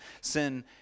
Sin